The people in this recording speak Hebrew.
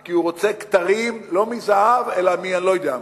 כי הוא רוצה כתרים לא מזהב אלא מאני-לא-יודע-מה.